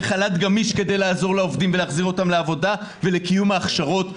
לחל"ת גמיש כדי לעזור לעובדים ולהחזיר אותם לעבודה ולקיום ההכשרות.